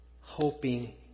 hoping